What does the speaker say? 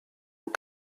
aux